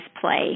play